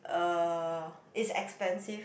um it's expensive